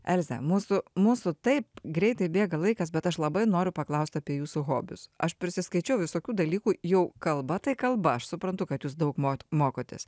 elze mūsų mūsų taip greitai bėga laikas bet aš labai noriu paklaust apie jūsų hobius aš prisiskaičiau visokių dalykų jau kalba tai kalba aš suprantu kad jūs daug mo mokotės